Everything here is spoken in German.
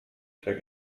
der